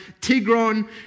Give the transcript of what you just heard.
tigron